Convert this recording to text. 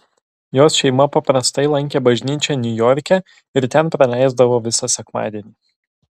jos šeima paprastai lankė bažnyčią niujorke ir ten praleisdavo visą sekmadienį